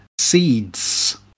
seeds